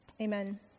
Amen